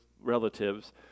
relatives